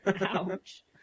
Ouch